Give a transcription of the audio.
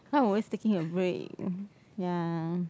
you know I'm always taking a break ya